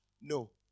No